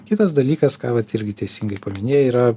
kitas dalykas ką vat irgi teisingai paminėjai yra